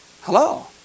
Hello